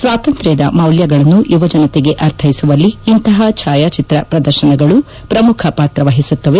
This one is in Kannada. ಸ್ವಾತಂತ್ರ್ತದ ಮೌಲ್ಯಗಳನ್ನು ಯುವಜನತೆಗೆ ಅರ್ಥೈಸುವಲ್ಲಿ ಇಂತಹ ಛಾಯಾಚಿತ್ರ ಪ್ರದರ್ಶನಗಳು ಪ್ರಮುಖ ಪಾತ್ರ ವಹಿಸುತ್ತವೆ